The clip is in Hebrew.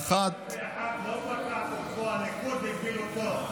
ב-2021 לא פקע תוקפו, הליכוד הפיל אותו.